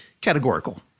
categorical